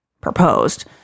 proposed